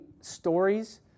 stories